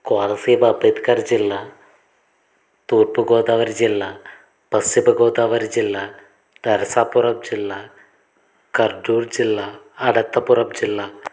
కోనసీమ అంబేద్కర్ జిల్లా తూర్పుగోదావరి జిల్లా పశ్చిమగోదావరి జిల్లా నరసాపురం జిల్లా కర్నూలు అనంతపురం జిల్లా